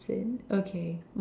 it okay